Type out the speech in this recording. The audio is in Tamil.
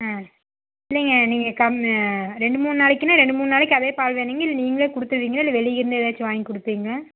ஆ இல்லைங்க நீங்கள் ரெண்டு மூணு நாளைக்குன்னால் ரெண்டு மூணு நாளைக்கு அதே பால் வேணுங்க இல்லை நீங்களே கொடுத்துருவிங்களா இல்லை வெளியிலிருந்து ஏதாச்சும் வாங்கி கொடுப்பிங்களா